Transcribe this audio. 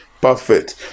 Perfect